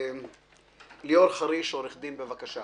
עורך דין ליאור חריש, בבקשה.